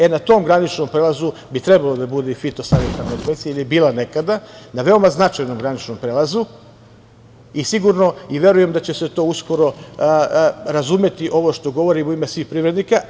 E, na tom graničnom prelazu bi trebalo da bude i fitosanitarna inspekcija, jer je bila nekada, na veoma značajnom graničnom prelazu, i verujem da će se uskoro razumeti ovo što govorim u ime svih privrednika.